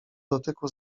dotyku